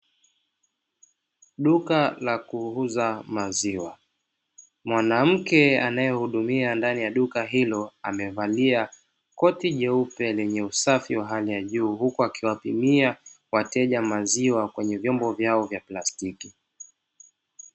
Duka la kuuza maziwa, mwanamke anayehudumia katika duka hilo amevalia koti jeupe lenye usafi wa hali ya juu, huku akiwapimia wateja maziwa kwenye vyombo vyao vya plastiki.